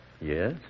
Yes